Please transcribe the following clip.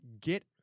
Get